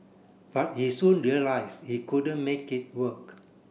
but he soon realise he couldn't make it work